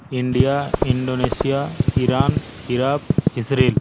India Indonesia Iran Iraq Israel